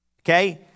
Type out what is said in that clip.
Okay